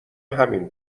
همین